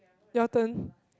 your turn